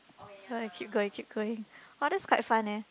wanna keep going keep going !wah! that's quite fun leh